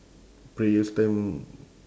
prayers time